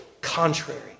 Contrary